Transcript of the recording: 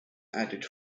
added